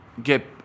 get